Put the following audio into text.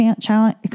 Challenge